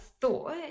thought